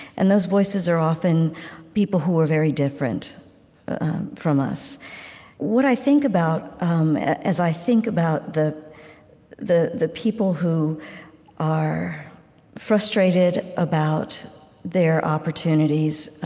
and those voices are often people who are very different from us what i think about as i think about the the people who are frustrated about their opportunities,